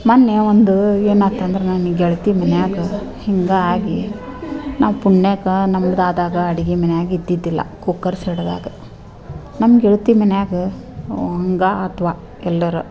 ಮೊನ್ನೆ ಒಂದು ಏನಾತಂದ್ರೆ ನನ್ನ ಗೆಳತಿ ಮನ್ಯಾಗೆ ಹಿಂಗೇ ಆಗಿ ನಾವು ಪುಣ್ಯಕ್ಕೆ ನಮ್ದು ಆದಾಗ ಅಡ್ಗೆ ಮನ್ಯಾಗೆ ಇದ್ದಿದ್ದಿಲ್ಲ ಕುಕ್ಕರ್ ಸಿಡಿದಾಗ ನಮ್ಮ ಗೆಳತಿ ಮನ್ಯಾಗೆ ಹಂಗೇ ಆದ್ವ ಎಲ್ಲರೂ